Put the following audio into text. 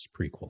prequel